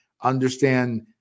understand